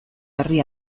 herri